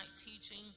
teaching